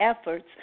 efforts